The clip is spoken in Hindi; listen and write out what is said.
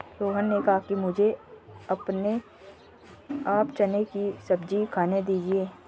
रोहन ने कहा कि मुझें आप चने की सब्जी खाने दीजिए